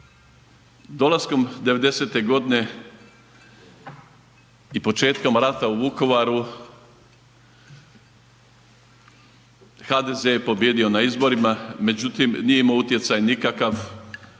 Dolaskom devedesete godine i početkom rata u Vukovaru HDZ je pobijedio na izborima, međutim nije imao utjecaj nikakva